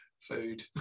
food